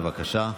בבקשה.